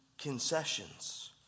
concessions